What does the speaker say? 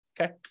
okay